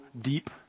deep